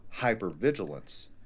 hypervigilance